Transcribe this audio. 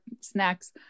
snacks